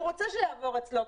והוא רוצה שיעבור אצלו.